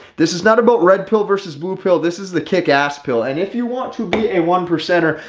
this is not about red pill versus blue pill. this is the kick ass pill and if you want to be a one percenter,